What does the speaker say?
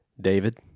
David